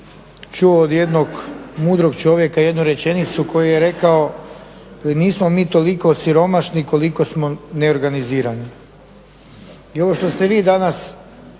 čuo od jednog mudrog čovjeka jednu rečenicu koju je rekao nismo mi toliko siromašni koliko smo neorganizirani. I ovo što ste vi danas